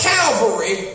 Calvary